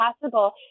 possible